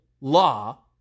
law